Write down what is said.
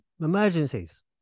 emergencies